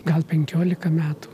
gal penkiolika metų